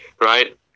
Right